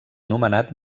nomenat